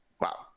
Wow